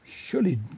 surely